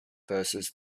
versus